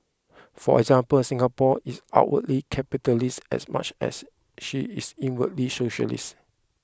for example Singapore is outwardly capitalist as much as she is inwardly socialist